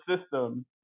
system